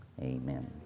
amen